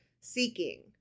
seeking